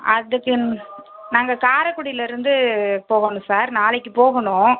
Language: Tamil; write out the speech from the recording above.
அதுக்கு நாங்கள் காரைக்குடியிலேருந்து போகணும் சார் நாளைக்கு போகணும்